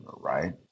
right